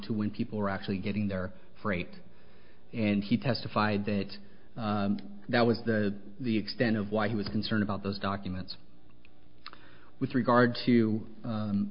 to when people were actually getting their freight and he testified that that was the the extent of why he was concerned about those documents with regard to